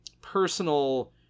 personal